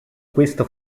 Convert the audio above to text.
questa